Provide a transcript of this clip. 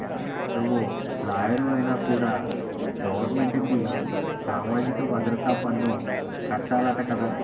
నువ్వు లాయరువైనా కూడా గవరమెంటుకి సామాజిక భద్రత పన్ను కట్టాలట కదా